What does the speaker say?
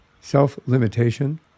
Self-limitation